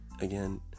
again